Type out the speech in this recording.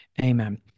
Amen